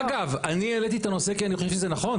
אגב, אני העליתי את הנושא כי אני חושב שזה נכון.